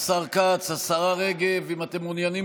השר כץ, השרה רגב, אם אתם מעוניינים